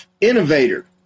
Innovator